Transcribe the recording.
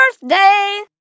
birthday